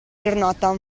giornata